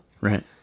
Right